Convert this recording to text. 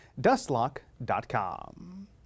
dustlock.com